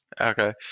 okay